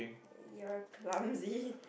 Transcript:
you are clumsy